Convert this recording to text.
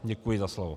Děkuji za slovo.